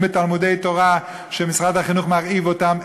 בתלמודי-תורה שמשרד החינוך מרעיב אותם,